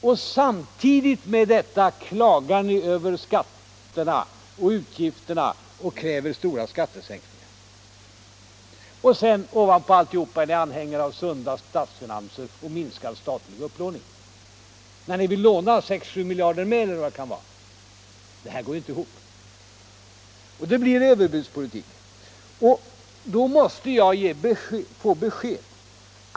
Och samtidigt med detta klagar ni över skatterna och utgifterna och kräver stora skattesänkningar. Och ovanpå alltihop är ni anhängare av sunda statsfinanser och minskad statlig upplåning — när vi vill låna 6-7 miljarder mer. Det här går inte ihop. Det blir överbudspolitik. Då måste jag få besked.